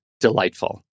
delightful